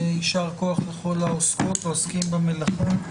יישר כוח לכל העוסקות או העוסקים במלאכה.